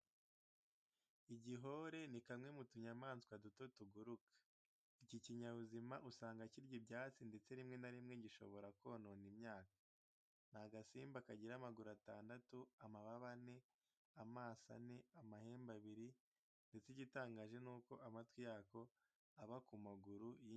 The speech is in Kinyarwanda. Igihore ni kamwe mu tunyamaswa duto tuguruka. Iki kinyabuzima usanga kirya ibyatsi ndetse rimwe na rimwe gishobora konona imyaka. Ni agasimba kagira amaguru atandatu, amababa ane, amaso ane, amahembe abiri ndetse igitangaje ni uko amatwi yako aba ku maguru y'inyuma.